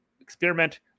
experiment